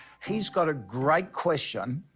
he's got a great question,